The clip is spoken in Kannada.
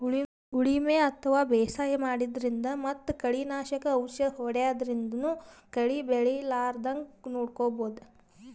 ಉಳಿಮೆ ಅಥವಾ ಬೇಸಾಯ ಮಾಡದ್ರಿನ್ದ್ ಮತ್ತ್ ಕಳಿ ನಾಶಕ್ ಔಷದ್ ಹೋದ್ಯಾದ್ರಿನ್ದನೂ ಕಳಿ ಬೆಳಿಲಾರದಂಗ್ ನೋಡ್ಕೊಬಹುದ್